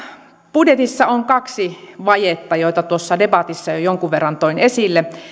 budjetissa on kaksi vajetta joita tuossa debatissa jo jonkun verran toin esille